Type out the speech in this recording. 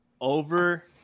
Over